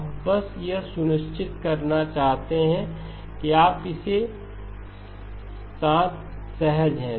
अब बस यह सुनिश्चित करना चाहते हैं कि आप इसके साथ सहज हों